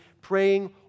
praying